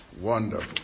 Wonderful